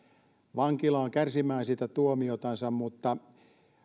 vankilaan kärsimään sitä tuomiotansa mutta